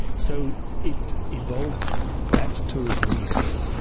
so it involves that tourism industry,